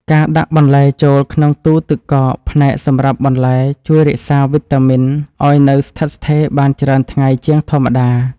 ការដាក់បន្លែចូលក្នុងទូទឹកកកផ្នែកសម្រាប់បន្លែជួយរក្សាវីតាមីនឱ្យនៅស្ថិតស្ថេរបានច្រើនថ្ងៃជាងធម្មតា។